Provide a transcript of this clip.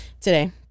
Today